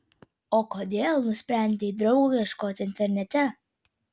o kodėl nusprendei draugo ieškoti internete